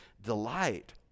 delight